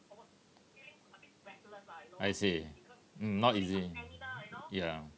I see mm not easy ya